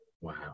Wow